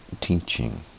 teaching